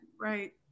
Right